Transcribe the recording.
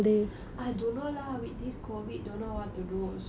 I don't know lah with this COVID don't know what to do also